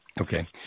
Okay